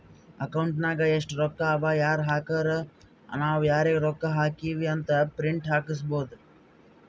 account ನಾಗ್ ಎಸ್ಟ್ ರೊಕ್ಕಾ ಅವಾ ಯಾರ್ ಹಾಕುರು ನಾವ್ ಯಾರಿಗ ರೊಕ್ಕಾ ಹಾಕಿವಿ ಅಂತ್ ಪ್ರಿಂಟ್ ಹಾಕುಸ್ಕೊಬೋದ